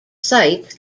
sites